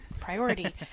priority